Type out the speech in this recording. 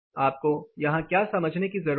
आपको यहां क्या समझने की जरूरत है